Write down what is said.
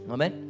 Amen